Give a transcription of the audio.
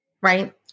right